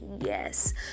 yes